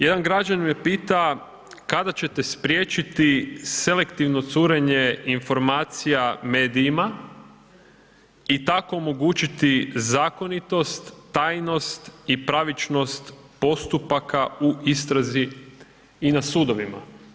Jedan građanin me pita kada ćete spriječiti selektivno curenje informacija medijima i tako omogućiti zakonitost, tajnost i pravičnost postupaka u istrazi i na sudovima.